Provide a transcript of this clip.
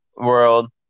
World